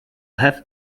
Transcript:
have